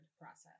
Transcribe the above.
process